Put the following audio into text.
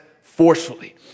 forcefully